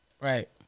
Right